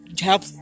help